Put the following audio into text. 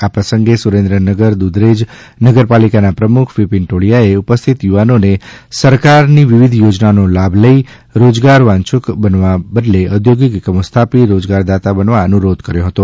આ પ્રસંગે સુરેન્દ્રનગર દુધરેજ નગરપાલિકાના પ્રમુખશ્રી વીપીન ટોળીયાએ ઉપસ્થિત યુવાનોને સરકારશ્રીની વિવિધ યોજનાઓનો લાભ લઇ રોજગારવાંચ્જીક બનવાના બદલે ઔદ્યોગિક એકમો સ્થાપી રોજગારદાતા બનવા અનુરોધ કર્યો હતો